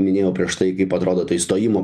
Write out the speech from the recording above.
minėjau prieš tai kaip atrodo tai stojimo